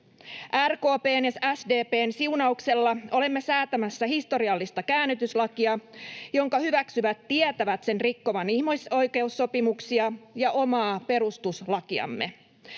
RKP:n ja SDP:n siunauksella olemme säätämässä historiallista käännytyslakia, jonka hyväksyvät tietävät sen rikkovan ihmisoikeussopimuksia ja omaa perustuslakiamme.